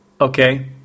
Okay